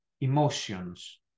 emotions